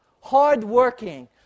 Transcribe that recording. hard-working